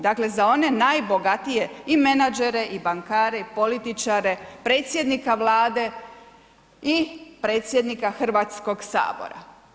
Dakle za one najbogatije i menadžere i bankare i političare, predsjednika Vlade i predsjednika Hrvatskog sabora.